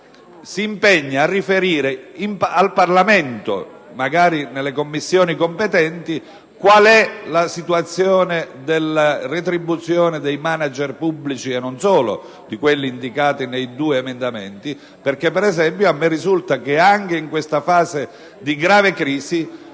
si impegna a riferire al Parlamento, magari nelle Commissioni competenti, quale sia la situazione delle retribuzioni dei manager pubblici, e non solo di quelli indicati nei due emendamenti, dato che a me risulta che anche in questa fase di grave crisi